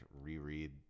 reread